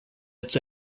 its